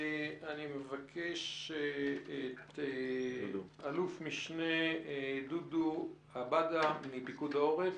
אני מבקש את אלוף משנה דודו עבאדא מפיקוד העורף.